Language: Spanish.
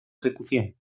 ejecución